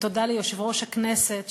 ותודה ליושב-ראש הכנסת,